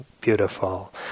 beautiful